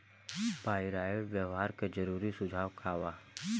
Pyrite व्यवहार के जरूरी सुझाव का वा?